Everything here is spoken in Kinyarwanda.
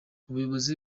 ubuyobozi